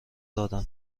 دادم